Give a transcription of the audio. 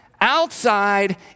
outside